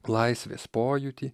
laisvės pojūtį